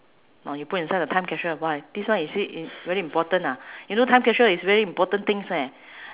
oh you put inside the time capsule why this one is it im~ very important ah you know time capsule is very important things eh